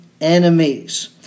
enemies